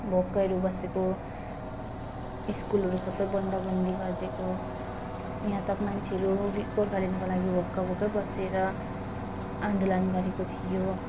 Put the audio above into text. भोकहरू बसेको स्कुलहरू सबै बन्दा बन्दी गरिदिएको यहाँ तक मान्छेहरू गोर्खाल्यान्डको लागि भोकभोकै बसेर आन्दोलन गरेको थियो